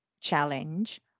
challenge